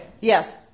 yes